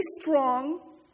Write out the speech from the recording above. strong